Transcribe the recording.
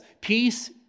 peace